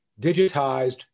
digitized